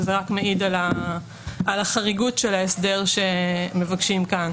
זה רק מעיד על חריגות ההסדר שמבקשים כאן.